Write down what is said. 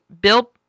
Bill